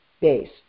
based